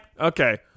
Okay